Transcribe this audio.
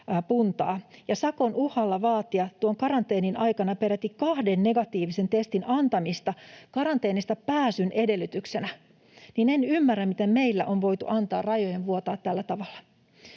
sakon uhalla vaatia tuon karanteenin aikana peräti kahden negatiivisen testin antamista karanteenista pääsyn edellytyksenä, niin en ymmärrä, miten meillä on voitu antaa rajojen vuotaa tällä tavalla.